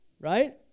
Right